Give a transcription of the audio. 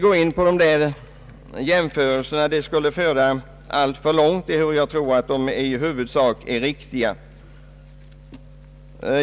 Det skulle föra alltför långt att gå in på dessa jämförelser, som jag tror i huvudsak är riktiga.